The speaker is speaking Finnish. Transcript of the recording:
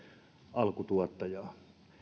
alkutuottajaa